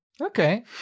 Okay